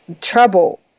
trouble